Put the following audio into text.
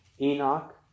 Enoch